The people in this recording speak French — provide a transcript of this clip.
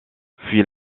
fuit